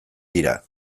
dira